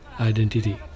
identity